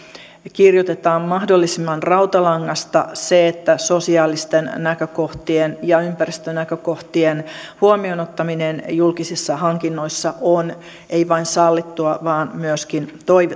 kirjoitetaan mahdollisimman rautalangasta se että sosiaalisten näkökohtien ja ja ympäristönäkökohtien huomioon ottaminen julkisissa hankinnoissa on ei vain sallittua vaan myöskin